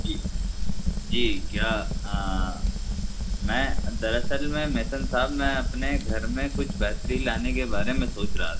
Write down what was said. جی جی کیا میں دراصل میں میسن صاحب میں اپنے گھر میں کچھ بہتری لانے کے بارے میں سوچ رہا تھا